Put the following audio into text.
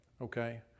Okay